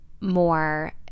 more